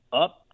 up